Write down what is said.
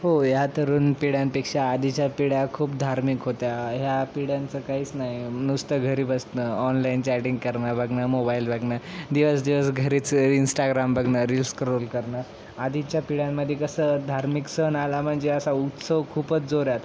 हो ह्या तरुण पिढ्यांपेक्षा आधीच्या पिढ्या खूप धार्मिक होत्या ह्या पिढ्यांचं काहीच नाही नुसतं घरी बसणं ऑनलाईन चॅटिंग करण बघणं मोबाईल बघणं दिवस दिवस घरीच इंस्टाग्राम बघणं रीलस स्क्रोल करणं आधीच्या पिढ्यांमध्ये कसं धार्मिक सण आला म्हणजे असा उत्सव खूपच जोरात